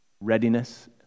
Readiness